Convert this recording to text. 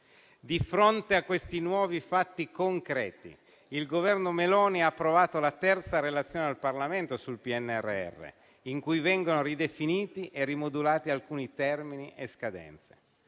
Di fronte a questi nuovi fatti concreti il Governo Meloni ha approvato la terza relazione al Parlamento sul PNRR, in cui vengono ridefiniti e rimodulati alcuni termini e scadenze.